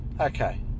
Okay